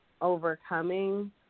overcoming